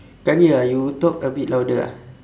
can't hear ah you talk a bit louder ah